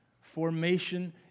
Formation